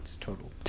total